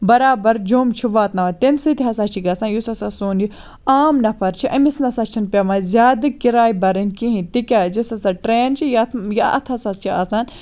بَرابَر جوٚم چھِ واتناوان تمہِ سۭتۍ ہَسا چھِ گَژھان یُس ہَسا سون یہِ عام نَفَر چھُ امس نَسا چھنہٕ پیٚوان زیاد کِراے بَرٕنۍ کِہنۍ تکیازِ یۄس ہَسا ٹرین چھِ اتھ ہَسا چھِ آسان